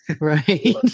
right